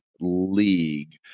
league